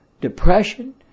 depression